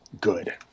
good